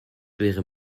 wäre